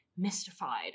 mystified